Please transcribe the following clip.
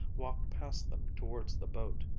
walked past them towards the boat.